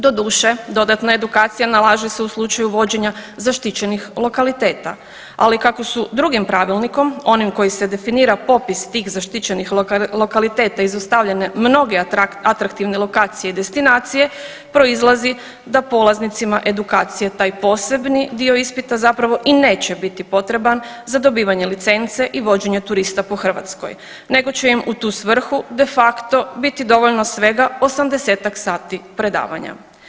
Doduše, dodatna edukacija nalaže se u slučaju vođenja zaštićenih lokaliteta, ali kako su drugim pravilnikom onim kojim se definira popis tih zaštićenih lokaliteta izostavljene mnoge atraktivne lokacije i destinacije proizlazi da polaznicima edukacije taj posebni dio ispita zapravo i neće biti potreban za dobivanje licence i vođenje turista po Hrvatskoj nego će im u tu svrhu de facto biti dovoljno svega 80-ak sati predavanja.